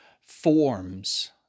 forms